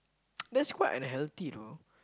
that's quite unhealthy though